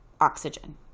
oxygen